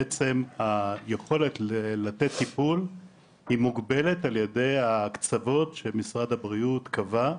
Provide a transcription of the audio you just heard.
היכולת לתת טיפול בעצם מוגבלת על ידי ההקצבות שמשרד הבריאות קבע,